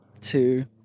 two